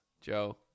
Joe